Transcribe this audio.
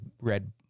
red